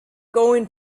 going